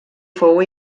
fou